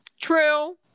true